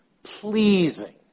Pleasing